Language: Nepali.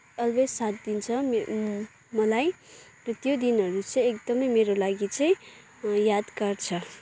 अल्वेज साथ दिन्छ म मलाई र त्यो दिनहरू चाहिँ एकदमै मेरो लागि चाहिँ यादगार छ